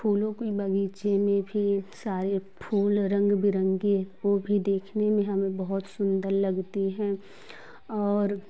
फूलों के बगीचे में भी सारे फूल रंग बिरंगे वो भी देखने में हमें बहुत सुंदर लगते हैं और